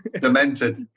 Demented